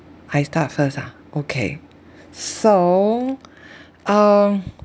I start first ah okay s~ so um